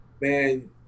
Man